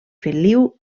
feliu